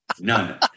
None